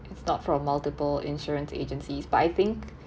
it's not from multiple insurance agencies but I think